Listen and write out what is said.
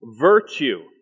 virtue